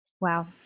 wow